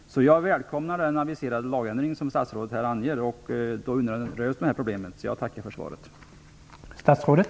Jag välkomnar därför den lagändring som statsrådet här aviserar och som undanröjer dessa problem. Jag tackar därför än en gång för svaret.